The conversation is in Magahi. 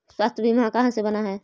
स्वास्थ्य बीमा कहा से बना है?